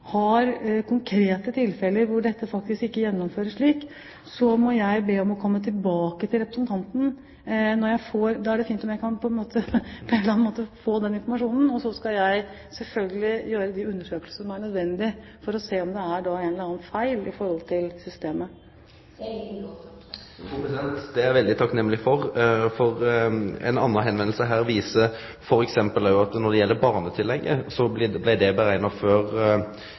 jeg be om å få komme tilbake til representanten når jeg – på en eller annen måte – får den informasjonen, og så skal jeg selvfølgelig gjøre de undersøkelser som er nødvendig for å se om det er en eller annen feil i systemet. Det er eg veldig takknemleg for. Eit anna brev viser t.d. at når det gjeld barnetillegget, blei det berekna saman med uføretrygda. No når det blir arbeidsavklaringspengar, blir det berekna som løn. Det